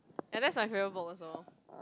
and that's my favourite book also